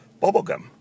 Bubblegum